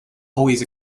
always